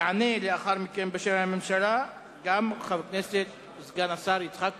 יענה לאחר מכן, בשם הממשלה, סגן השר יצחק כהן.